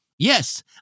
Yes